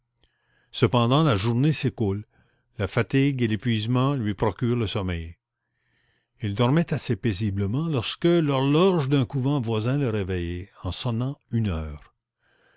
cependant la journée s'écoule la fatigue et l'épuisement lui procurent le sommeil il dormait assez paisiblement lorsque l'horloge d'un couvent voisin le réveille en sonnant une heure